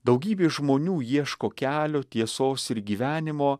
daugybė žmonių ieško kelio tiesos ir gyvenimo